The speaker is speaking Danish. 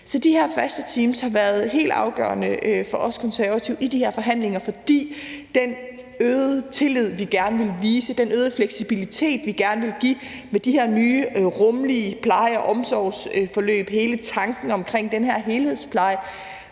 Så de her faste teams har været helt afgørende for os Konservative i de her forhandlinger, for hvis de fine tanker og den øgede tillid, vi gerne vil vise, den øgede fleksibilitet, vi gerne vil give med de her rummelige pleje- og omsorgsforløb, og hele tanken omkring den her helhedspleje